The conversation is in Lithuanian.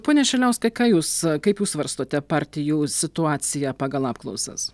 pone šiliauskai ką jūs kaip jūs svarstote partijų situaciją pagal apklausas